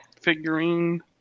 Figurine